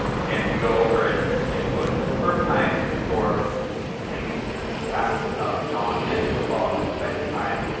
again, we go over it, the input, the first time. store things and facts about john and the football. and then, and the second time,